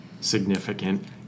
significant